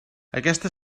aquesta